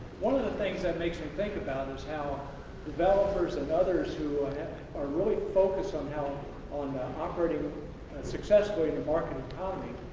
one of the things that makes me think about is how developers and others, who are really focused on how operating successful in your market economy.